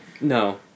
No